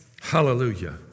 Hallelujah